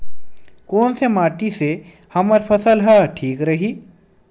कोन से माटी से हमर फसल ह ठीक रही?